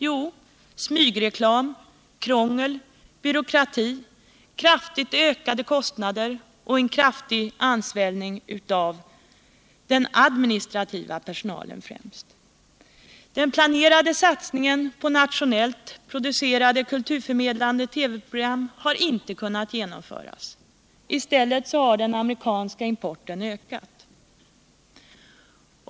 Jo, smygreklam, krångel, byråkrati, kraftigt ökade kostnader och en kraftig ansvällning av främst den administrativa personalen. Den planerade satsningen på nationellt producerade kulturförmedlande TV program har inte kunnat genomföras, i stället har den amerikanska importen ökat.